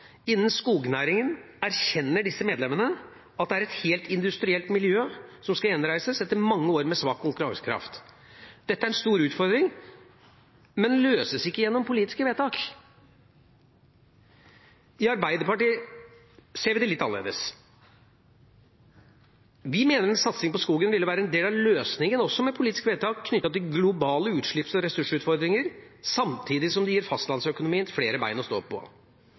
skognæringen erkjenner disse medlemmer at det er et helt industrielt miljø som skal gjenreises etter mange år med svak konkurransekraft. Dette er en stor utfordring, men løses ikke gjennom politiske vedtak.» I Arbeiderpartiet ser vi det litt annerledes. Vi mener en satsing på skogen ville være en del av løsningen også med politiske vedtak knyttet til globale utslipps- og ressursutfordringer, samtidig som det gir fastlandsøkonomien flere bein å stå på.